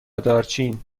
دارچین